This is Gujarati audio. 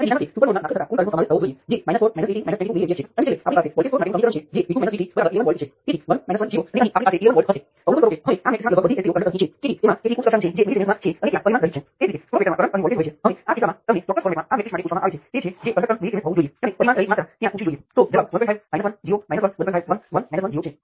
તેથી પ્રથમ હરોળ સુપર મેશ માટે છે બીજી હરોળ મેશ નંબર 3 માટે છે અને ત્રીજી હરોળ કરંટ નિયંત્રિત કરંટ સ્ત્રોતમાંથી આવતો અંકુશ છે